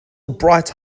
bright